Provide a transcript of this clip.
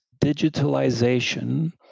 digitalization